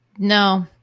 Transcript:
No